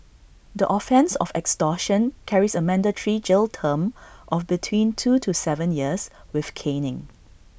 the offence of extortion carries A mandatory jail term of between two to Seven years with caning